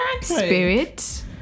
spirit